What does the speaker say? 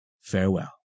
Farewell